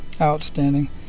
outstanding